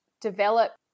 develop